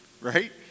right